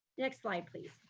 next slide, please.